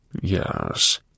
Yes